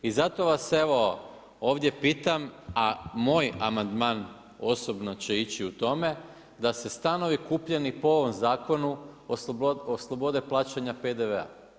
I zato vas evo ovdje pitam, a moj amandman osobno će ići u tome, da ste stanovi kupljeni po ovom zakonu oslobode plaćanja PDV-a.